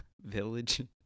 village